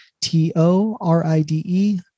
T-O-R-I-D-E